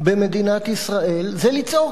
במדינת ישראל זה לצעוק.